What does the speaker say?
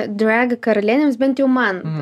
drag karalienėms bent jau man